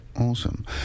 Awesome